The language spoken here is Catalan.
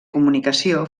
comunicació